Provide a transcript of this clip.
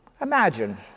Imagine